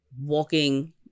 walking